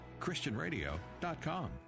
christianradio.com